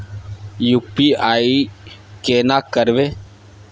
UPI केना करबे?